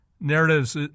Narratives